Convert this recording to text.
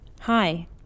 Hi